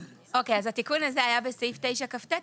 התיקון הזה היה בסעיף 9כט,